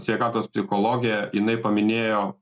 sveikatos psichologė jinai paminėjo